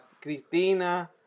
Cristina